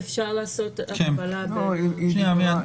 אפשר לעשות הקבלה בין --- לא,